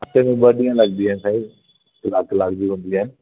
हफ़्ते में ॿ ॾींहं लॻंदियूं आहिनि साईं कलाक कलाक जी हूंदियूं आहिनि